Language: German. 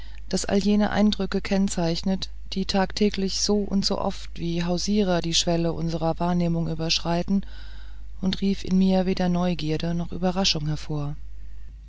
das alle jene eindrücke kennzeichnet die tagtäglich so und so oft wie hausierer die schwelle unserer wahrnehmung überschreiten und rief in mir weder neugierde noch überraschung hervor